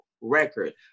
record